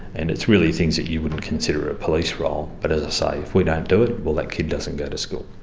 and it's really things that you wouldn't consider a police role, but as i say, if we don't do it, well, that kid doesn't go to school.